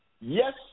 Yes